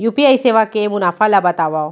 UPI सेवा के मुनाफा ल बतावव?